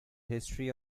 history